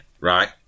right